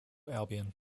albion